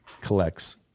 collects